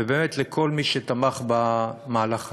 ובאמת לכל מי שתמך במהלך הזה.